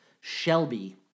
Shelby